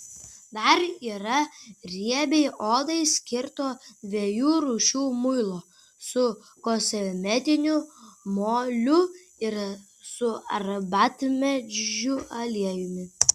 dar yra riebiai odai skirto dviejų rūšių muilo su kosmetiniu moliu ir su arbatmedžių aliejumi